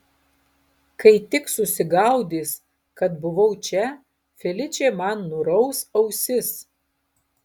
kai tik susigaudys kad buvau čia feličė man nuraus ausis